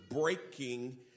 Breaking